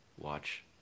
watch